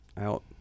out